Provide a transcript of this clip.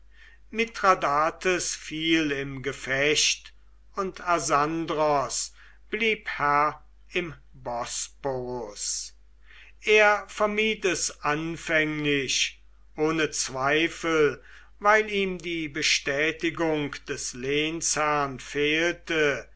mithradates fiel im gefecht und asandros blieb herr im bosporus er vermied es anfänglich ohne zweifel weil ihm die bestätigung des lehnsherrn fehlte